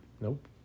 Nope